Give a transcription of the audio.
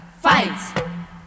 fight